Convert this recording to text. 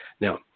Now